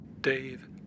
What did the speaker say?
Dave